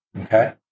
okay